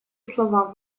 слова